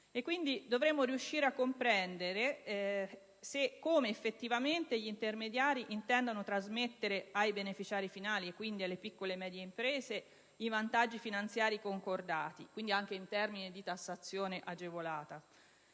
dovremmo riuscire a comprendere se e come effettivamente gli intermediari intendano trasmettere ai beneficiari finali, le piccole e medie imprese, i vantaggi finanziari concordati, anche in termini di tassazione agevolata;